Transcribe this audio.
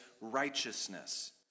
righteousness